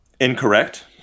Incorrect